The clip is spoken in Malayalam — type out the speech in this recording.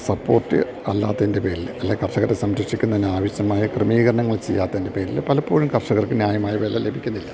സപ്പോർട്ട് അല്ലാതത്തിൻ്റെ പേരിൽ അല്ലെ കർഷകരെ സംരക്ഷിക്കുന്നതിന് ആവശ്യമായ ക്രമീകരണങ്ങൾ ചെയ്യാത്തതിൻ്റെ പേരിൽ പലപ്പോഴും കർഷകർക്ക് ന്യായമായ വില ലഭിക്കുന്നില്ല